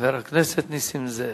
חבר הכנסת נסים זאב.